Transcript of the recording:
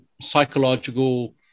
psychological